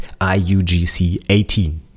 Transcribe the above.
iugc18